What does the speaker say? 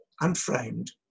unframed